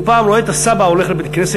הוא פעם רואה את הסבא הולך לבית-הכנסת,